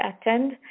attend